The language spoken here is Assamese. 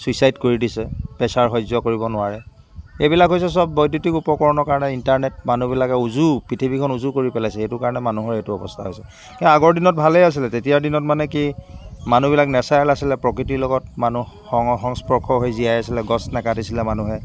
ছুইচাইড কৰি দিছে পেছাৰ সহ্য কৰিব নোৱাৰে এইবিলাক হৈছে চব বৈদ্যুতিক উপকৰণৰ কাৰণে ইণ্টাৰনেট মানুহবিলাকে উজু পৃথিৱীখন উজু কৰি পেলাইছে এইটো কাৰণে মানুহৰ এইটো অৱস্থা হৈছে এই আগৰ দিনত ভালেই আছিলে তেতিয়াৰ দিনত মানে কি মানুহবিলাক নেচাৰেল আছিলে প্ৰকৃতিৰ লগত মানুহ সং সংস্পৰ্শ হৈ জীয়াই আছিলে গছ নাকাটিছিলে মানুহে